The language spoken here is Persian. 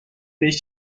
بهش